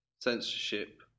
censorship